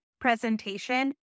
presentation